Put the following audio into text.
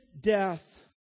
death